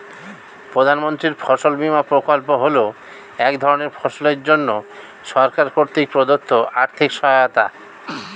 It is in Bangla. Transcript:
প্রধানমন্ত্রীর ফসল বিমা প্রকল্প হল এক ধরনের ফসলের জন্য সরকার কর্তৃক প্রদত্ত আর্থিক সহায়তা